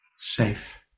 safe